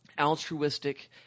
altruistic